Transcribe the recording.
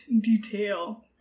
detail